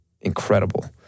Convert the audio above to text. incredible